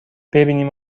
ببینیم